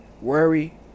worry